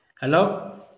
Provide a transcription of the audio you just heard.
Hello